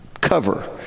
cover